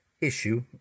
issue